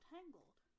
Tangled